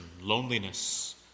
loneliness